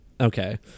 okay